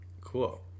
cool